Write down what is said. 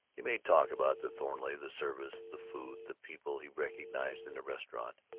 he made talk about the thornleigh, the service, the food, the people he recognized in the restaurant,